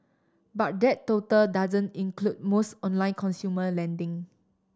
but that total doesn't include most online consumer lending